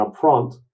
upfront